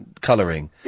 colouring